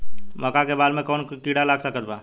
मका के बाल में कवन किड़ा लाग सकता?